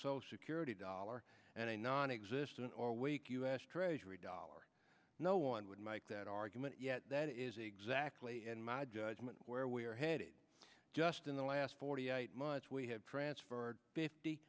social security dollar and a non existent or weak u s treasury dollar no one would make that argument yet that is exactly in my judgment where we are headed just in the last forty eight months we have transferred fifty